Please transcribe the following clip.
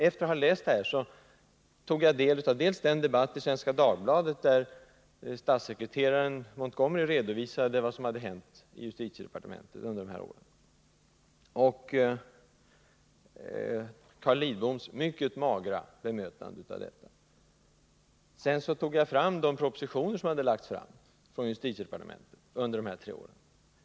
Efter att ha läst interpellationen tog jag del av den debatt i Svenska Dagbladet där statssekreterare Montgomery redovisade vad som hade hänt i justitiedepartementet, och Carl Lidboms mycket magra bemötande av detta. Sedan tog jag fram de propositioner som hade lagts fram från justitiedepartementet under de tre åren.